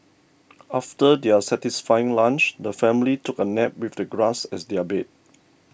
after their satisfying lunch the family took a nap with the grass as their bed